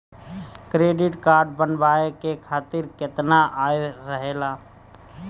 Credit card बनवाए के खातिर केतना आय रहेला?